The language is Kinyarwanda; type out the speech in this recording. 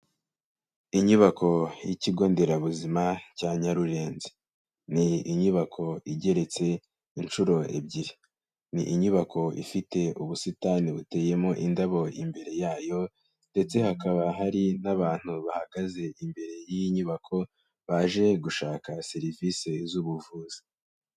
Inyubako y'ikigo nderabuzima cya Nyarurenzi, ni inyubako igeretse inshuro ebyiri, ni inyubako ifite ubusitani buteyemo indabo imbere yayo ndetse hakaba hari n'abantu bahagaze imbere y'iyi nyubako baje gushaka serivisi z'ubuvuzi.